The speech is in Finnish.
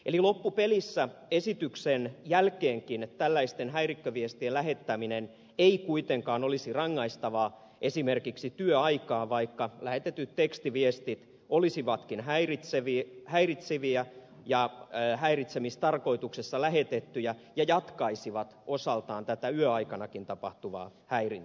eli loppupelissä esityksen jälkeenkin tällaisten häirikköviestien lähettäminen ei kuitenkaan olisi rangaistavaa esimerkiksi työaikaan vaikka lähetetyt tekstiviestit olisivatkin häiritseviä ja häiritsemistarkoituksessa lähetettyjä ja jatkaisivat osaltaan tätä yöaikanakin tapahtuvaa häirintää